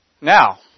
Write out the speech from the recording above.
Now